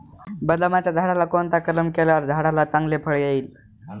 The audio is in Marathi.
बदामाच्या झाडाला कोणता कलम केल्यावर झाडाला चांगले फळ येईल?